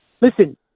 listen